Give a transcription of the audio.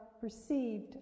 perceived